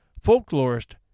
Folklorist